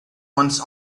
once